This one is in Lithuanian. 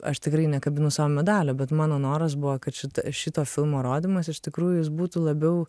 aš tikrai nekabinu sau medalio bet mano noras buvo kad šito šito filmo rodymas iš tikrųjų jis būtų labiau